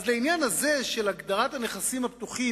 אז לעניין הזה של הגדרת הנכסים הפתוחים,